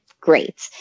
great